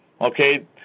Okay